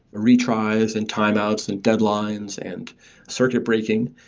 retries, and timeouts, and deadlines, and circuit-breaking,